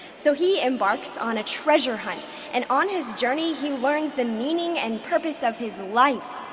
so he embarks on a treasure hunt and on his journey he learns the meaning and purpose of his life.